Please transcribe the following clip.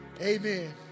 Amen